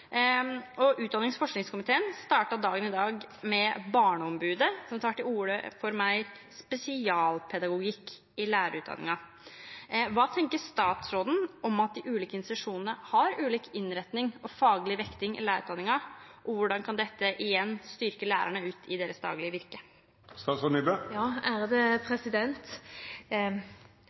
Utdannings- og forskningskomiteen startet dagen i dag med barneombudet, som tar til orde for mer spesialpedagogikk i lærerutdanningen. Hva tenker statsråden om at de ulike institusjonene har ulik innretning og faglig vekting i lærerutdanningen, og hvordan kan dette igjen styrke lærerne i deres daglige virke?